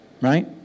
Right